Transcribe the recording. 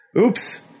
Oops